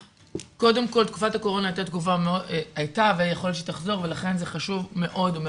קודם כל תקופת הקורונה הייתה ויכול להיות שהיא תחזור ולכן זה חשוב מאוד.